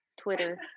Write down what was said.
Twitter